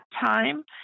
time